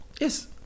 Yes